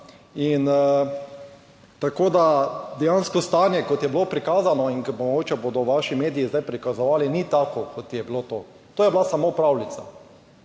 govora. Dejansko stanje kot je bilo prikazano in mogoče bodo vaši mediji zdaj prikazovali, ni tako kot je bilo to, to je bila samo pravljica.